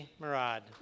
Murad